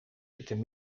zitten